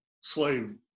slave